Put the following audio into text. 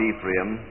Ephraim